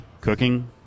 cooking